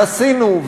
ועשינו,